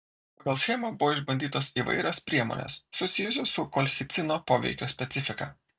pagal schemą buvo išbandytos įvairios priemonės susijusios su kolchicino poveikio specifika